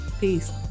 Peace